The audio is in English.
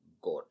God